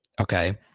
okay